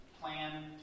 plan